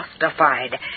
justified